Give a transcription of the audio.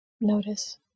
notice